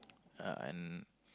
yeah and